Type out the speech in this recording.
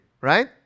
right